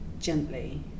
gently